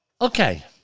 Okay